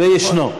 נכון.